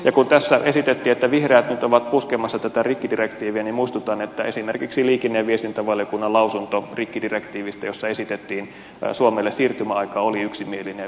kun tässä esitettiin että vihreät nyt ovat puskemassa tätä rikkidirektiiviä niin muistutan että esimerkiksi liikenne ja viestintävaliokunnan lausunto rikkidirektiivistä jossa esitettiin suomelle siirtymäaika oli yksimielinen ja vihreät oli siinä mukana